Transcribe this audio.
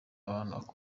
abantu